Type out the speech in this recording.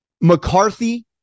McCarthy